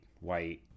white